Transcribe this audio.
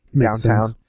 downtown